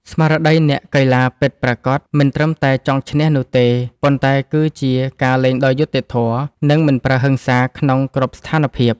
ស្មារតីអ្នកកីឡាពិតប្រាកដមិនត្រឹមតែចង់ឈ្នះនោះទេ ប៉ុន្តែគឺជាការលេងដោយយុត្តិធម៌ និងមិនប្រើហិង្សាក្នុងគ្រប់ស្ថានភាព។